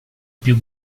più